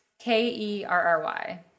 K-E-R-R-Y